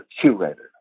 curator